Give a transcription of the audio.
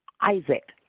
Isaac